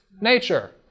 nature